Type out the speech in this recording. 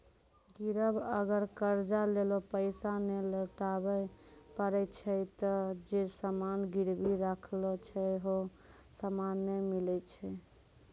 गिरब अगर कर्जा लेलो पैसा नै लौटाबै पारै छै ते जे सामान गिरबी राखलो छै हौ सामन नै मिलै छै